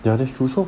ya that's true so